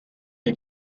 que